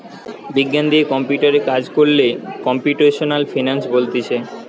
বিজ্ঞান দিয়ে কম্পিউটারে কাজ কোরলে কম্পিউটেশনাল ফিনান্স বলতিছে